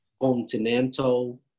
continental